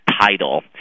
title